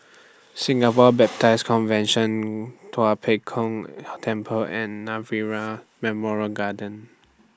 Singapore Baptist Convention Tua Pek Kong Temple and Nirvana Memorial Garden